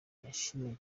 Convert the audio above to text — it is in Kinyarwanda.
yashimiye